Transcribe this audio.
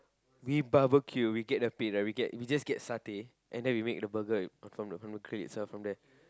we barbecue we get a pit and we get we just get satay and then we make the burger from the from the tray itself from the